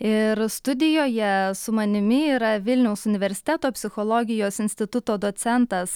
ir studijoje su manimi yra vilniaus universiteto psichologijos instituto docentas